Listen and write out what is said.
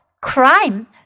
Crime